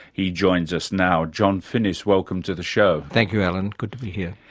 he joins us now, john finnis, welcome to the show. thank you alan, good to be here.